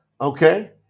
okay